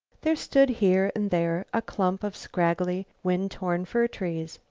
there stood here and there a clump of scraggly, wind-torn fir trees.